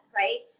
right